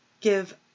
give